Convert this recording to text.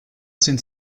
sind